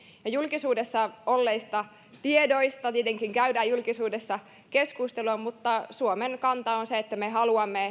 julkisuudessa olleista tiedoista tietenkin käydään julkisuudessa keskustelua mutta suomen kanta on se että me haluamme